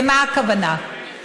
למה הכוונה?